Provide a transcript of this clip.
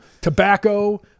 tobacco